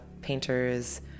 painters